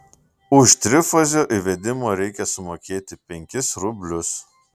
už trifazio įvedimą reikia sumokėti penkis rublius